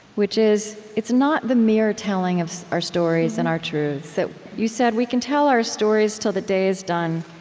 which is, it's not the mere telling of our stories and our truths. you said, we can tell our stories till the day is done,